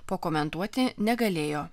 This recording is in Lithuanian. pakomentuoti negalėjo